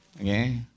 Okay